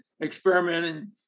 experimenting